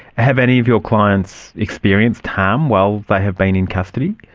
have any of your clients experienced harm while they have been in custody?